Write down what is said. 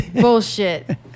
Bullshit